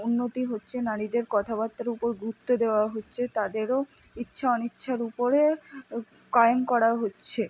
উন্নতি হচ্ছে নারীদের কথাবার্তার উপর গুরুত্ব দেওয়াও হচ্ছে তাদেরও ইচ্ছা অনিচ্ছার উপরে কায়েম করা হচ্ছে